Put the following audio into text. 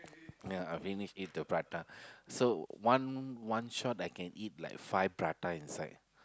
ya I finish eat the prata so one one shot I can eat like five prata inside